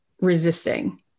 resisting